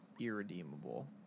irredeemable